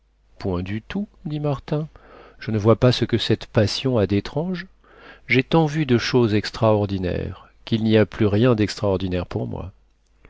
point du tout dit martin je ne vois pas ce que cette passion a d'étrange j'ai tant vu de choses extraordinaires qu'il n'y a plus rien d'extraordinaire pour moi